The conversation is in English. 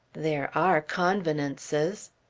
there are convenances.